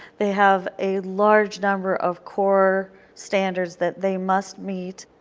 they have a large number of core standards that they must meet.